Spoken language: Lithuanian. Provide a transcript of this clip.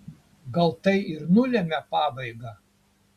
gal tai ir nulemia pabaigą